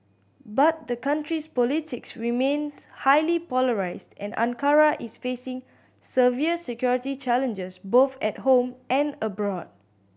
but the country's politics remains highly polarised and Ankara is facing severe security challenges both at home and abroad